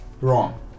Wrong